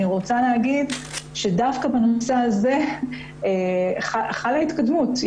דווקא בנושא הזה חלה התקדמות.